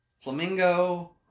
Flamingo